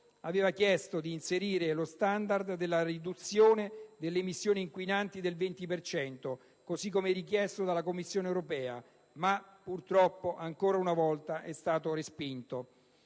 aveva chiesto di inserire lo standard della riduzione delle emissioni inquinanti del 20 per cento, così come richiesto dalla Commissione europea, ma purtroppo, ancora una volta, questa proposta